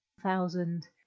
thousand